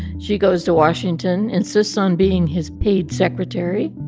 she goes to washington, insists on being his paid secretary.